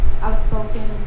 outspoken